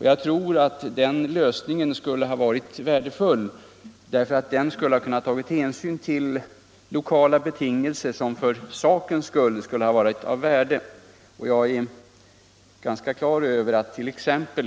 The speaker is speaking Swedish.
Jag tror att den lösningen skulle ha varit värdefull. Den skulle ha gjort det möjligt att ta hänsyn till lokala betingelser, vilket skulle ha varit av värde för saken.